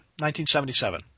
1977